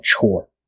chore